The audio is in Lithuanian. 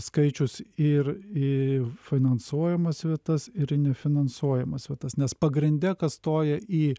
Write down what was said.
skaičius ir į finansuojamas vietas ir į nefinansuojamas vietas nes pagrinde kas stoja į